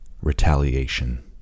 retaliation